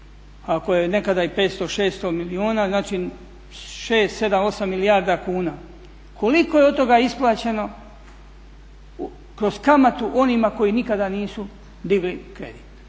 ako je nekada i 500-600 milijuna, znači 6-7-8 milijardi kuna, koliko je od toga isplaćeno kroz kamatu onima koji nikada nisu digli kredit.